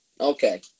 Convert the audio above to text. Okay